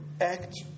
act